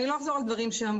אני לא אחזור על דברים שאמרו,